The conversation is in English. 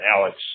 Alex